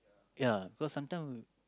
ya cause sometime